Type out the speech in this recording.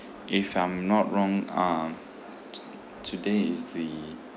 if I'm not wrong uh today is the